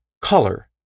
color